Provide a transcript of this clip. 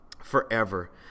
forever